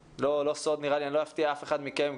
אני לא אפתיע אף אחד מכם,